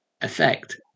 effect